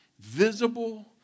visible